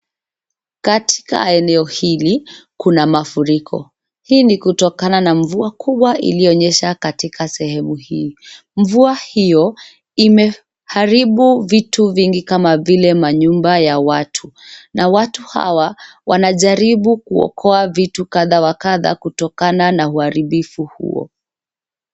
Katika eneo hili kuna mafuriko. Hii ni kutokana na mvua kubwa iliyonyesha katika sehemu hii. Mvua hiyo imeharibu vitu vingi kama vile manyumba ya watu na watu hawa wanajaribu kuokoa vitu kadha wa kadha kutokana na uharibifu huo.